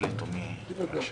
תחליטו מי ידבר.